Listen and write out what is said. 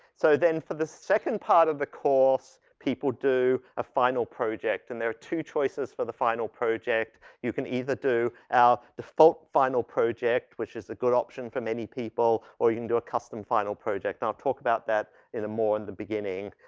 so then for the second part of the course, people do a final project and there are two choices for the final project. you can either do our default final project, which is a good option for many people, or you can do a custom final project and i'll talk about that in the more in the beginning.